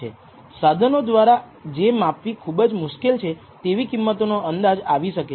સાધનો દ્વારા જે માપવી ખૂબ જ મુશ્કેલ છે તેવી કિંમતો નો અંદાજ આવી શકે છે